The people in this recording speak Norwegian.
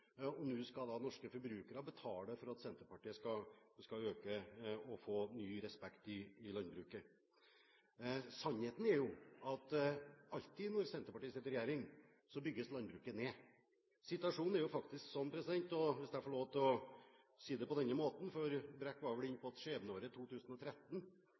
landbruksoppgjøret. Nå skal norske forbrukere betale for at Senterpartiet skal øke og få ny respekt i landbruket. Sannheten er at alltid når Senterpartiet sitter i regjering, bygges landbruket ned. Situasjonen i landbruket er faktisk sånn i dag – hvis jeg får lov å si det på denne måten, for Brekk var vel inne på skjebneåret 2013,